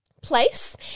place